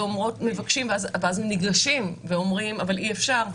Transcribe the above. מבקשים אבל אומרים שאי אפשר,